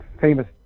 famous